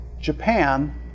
Japan